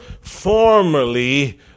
formerly